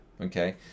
Okay